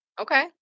Okay